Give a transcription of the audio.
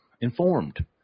informed